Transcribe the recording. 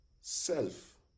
self